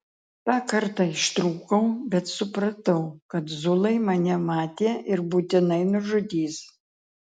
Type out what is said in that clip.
tą kartą ištrūkau bet supratau kad zulai mane matė ir būtinai nužudys